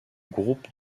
groupe